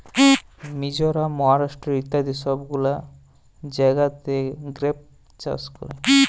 মিজরাম, মহারাষ্ট্র ইত্যাদি সব গুলা জাগাতে গ্রেপ চাষ ক্যরে